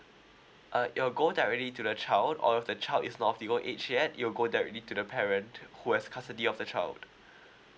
uh it will go directly to the child or if the child is not optimum age yet it will go directly to the parent who has custody of the child